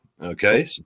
Okay